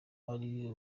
ari